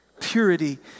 Purity